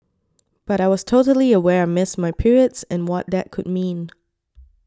but I was totally aware I missed my periods and what that could mean